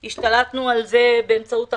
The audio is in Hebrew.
אמנם השתלטנו על זה באמצעות החיסונים,